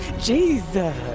Jesus